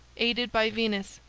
aided by venus,